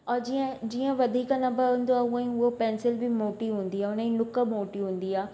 ऐं जीअं वधीक नंबर हूंदो आहे हूंअं ई हूअ पेंसिल बि मोटी हूंदी आहे उन ई नुक मोटी हूंदी आहे